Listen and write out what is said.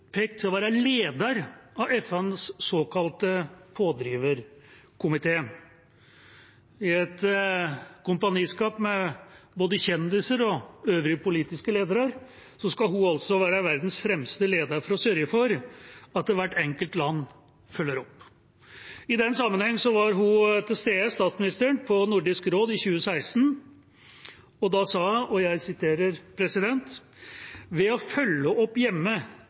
være leder av FNs såkalte pådriverkomité. I et kompaniskap med både kjendiser og øvrige politiske ledere skal hun være verdens fremste leder for å sørge for at hvert enkelt land følger opp. I den sammenheng var statsministeren til stede på Nordisk råd i 2016, og da sa hun: «Ved å følge opp hjemme sikrer vi troverdighet i vår innsats internasjonalt for å